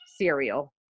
cereal